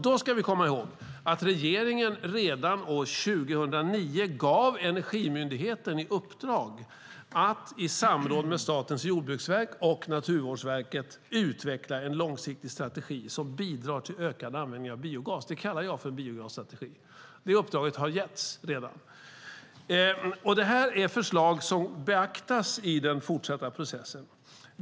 Då ska vi komma ihåg att regeringen redan år 2009 gav Energimyndigheten i uppdrag att i samråd med Statens jordbruksverk och Naturvårdsverket utveckla en långsiktig strategi som bidrar till ökad användning av biogas. Det kallar jag biogasstrategi. Det uppdraget har alltså redan getts. Detta är förslag som beaktas i den fortsatta processen.